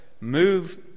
move